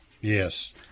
Yes